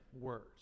words